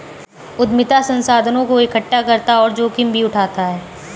उद्यमिता संसाधनों को एकठ्ठा करता और जोखिम भी उठाता है